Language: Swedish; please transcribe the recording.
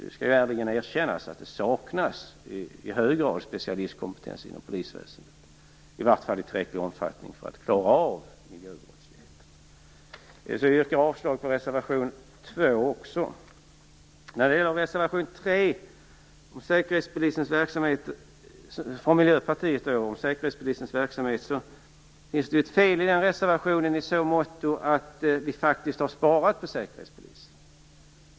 Det skall ärligen erkännas att det i hög grad saknas specialistkompetens inom polisväsendet, i alla fall i tillräcklig omfattning för att klara av miljöbrottsligheten. Jag yrkar avslag på reservation 2 också. I reservation 3 från Miljöpartiet om Säkerhetspolisens verksamhet finns det ett fel i så måtto att vi faktiskt har sparat på Säkerhetspolisen.